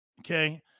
Okay